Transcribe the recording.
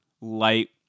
light